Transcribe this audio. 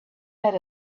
had